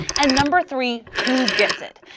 and number three who gets it.